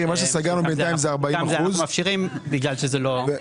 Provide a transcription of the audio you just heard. אנחנו מאפשרים בגלל שזה לא --- מירי,